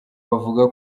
bavuga